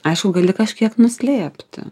aišku gali kažkiek nuslėpti